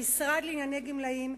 המשרד לענייני גמלאים,